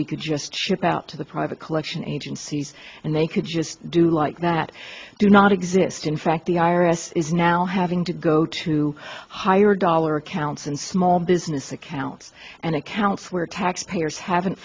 we could just ship out to the private collection agencies and they could just do like that do not exist in fact the i r s is now having to go to higher dollar accounts and small business accounts and accounts where taxpayers hav